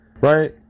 right